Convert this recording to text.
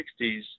1960s